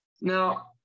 Now